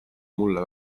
mulle